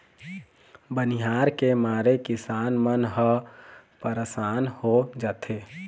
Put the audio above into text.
बनिहार के मारे किसान मन ह परसान हो जाथें